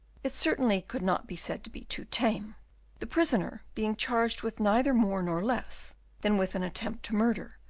it certainly could not be said to be too tame the prisoner being charged with neither more nor less than with an attempt to murder,